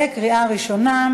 ונאמר "ויבא עמלק".